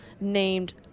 named